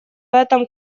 этом